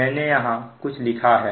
मैंने यहां कुछ लिखा है